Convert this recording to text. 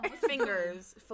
fingers